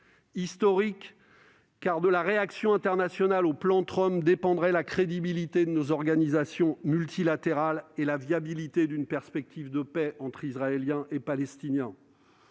Historique, car de la réaction internationale au plan Trump dépendraient la crédibilité de nos organisations multilatérales et la viabilité d'une perspective de paix entre Israéliens et Palestiniens.